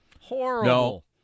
Horrible